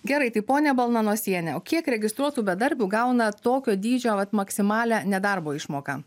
gerai tai ponia balnanosiene o kiek registruotų bedarbių gauna tokio dydžio vat maksimalią nedarbo išmoką